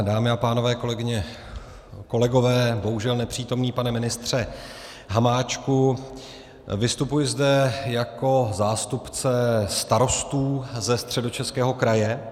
Dámy a pánové, kolegyně, kolegové, bohužel nepřítomný pane ministře Hamáčku, vystupuji zde jako zástupce starostů ze Středočeského kraje.